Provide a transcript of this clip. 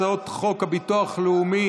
הצעות חוק הביטוח הלאומי